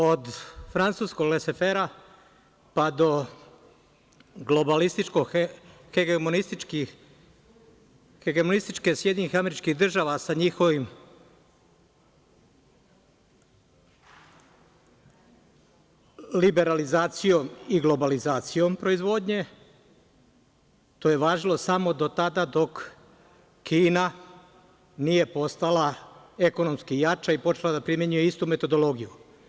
Od francuskog „lese fera“ pa do globalističko-hegemonističkih SAD sa njihovom liberalizacijom i globalizacijom proizvodnje, to je važilo samo do tada dok Kina nije postala ekonomski jača i počela da primenjuje istu metodologiju.